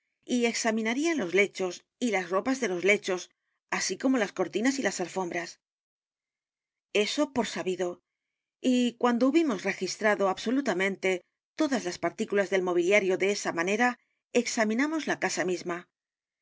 y examinarían los lechos y las ropas de los lechos así como las cortinas y las alfombras eso por sabido y cuando hubimos registrado edgar poe novelas y cuentos absolutamente todas las partículas del mobiliario de esa manera examinamos la casa misma